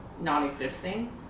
non-existing